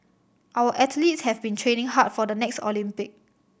our athletes have been training hard for the next Olympic